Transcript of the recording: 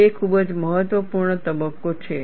તે ખૂબ જ મહત્વપૂર્ણ તબક્કો છે